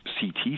CT